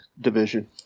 division